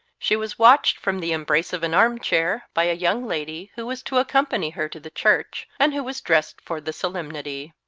she was watched from the embrace of an armchair by a young lady who was to accompany her to the church, and who was dressed for the solemnity.